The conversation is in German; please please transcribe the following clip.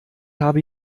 habe